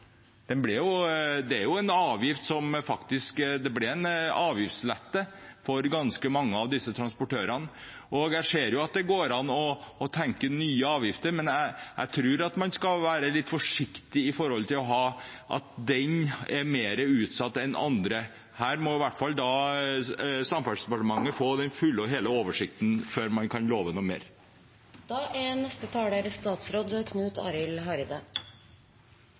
Det ble en avgiftslettelse for ganske mange av disse transportørene. Jeg ser at det går an å tenke på nye avgifter, men jeg tror man skal være litt forsiktig med å si at noen er mer utsatt enn andre. Samferdselsdepartementet må i hvert fall få den fulle og hele oversikt før man kan love noe mer. Eg merkar meg at det er